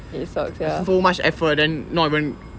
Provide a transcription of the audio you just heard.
so much effort then not even